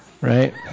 right